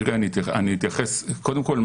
אני אתייחס קודם כל,